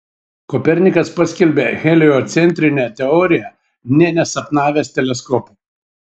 kopernikas paskelbė heliocentrinę teoriją nė nesapnavęs teleskopo